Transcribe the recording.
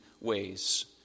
ways